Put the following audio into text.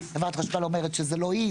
חברת חשמל אומרת שזה לא היא,